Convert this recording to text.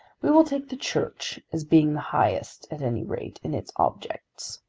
we will take the church as being the highest at any rate in its objects.